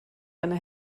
eine